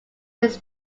his